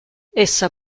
essa